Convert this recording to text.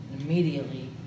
Immediately